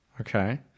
Okay